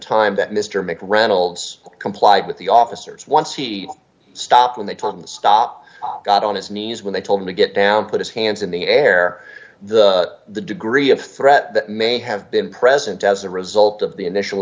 time that mr mick reynolds complied with the officers once he stopped when the terms stop got on his knees when they told him to get down put his hands in the air the the degree of threat that may have been present as a result of the initial